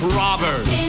robbers